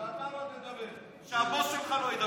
שאתה לא תדבר, שהבוס שלך לא ידבר.